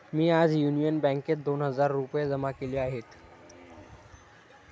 मी आज युनियन बँकेत दोन हजार रुपये जमा केले आहेत